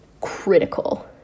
critical